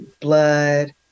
blood